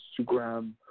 Instagram